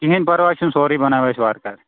کِہیٖٛۍ پَرواے چھُنہٕ سورُے بَناوو أسۍ وارٕکار